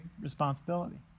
responsibility